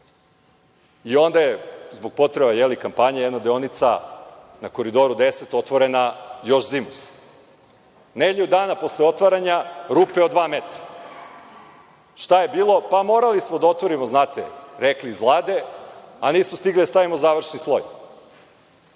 Onda je zbog potrebe kampanje jedna deonica na Koridoru 10 otvorena još zimus. Nedelju dana posle otvaranja rupe od dva metra. Šta je bilo? Pa, morali smo da otvorimo, znate, rekli iz Vlade, a nismo stigli da stavimo završni sloj. Na